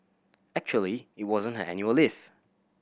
actually it wasn't her annual leave